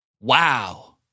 Wow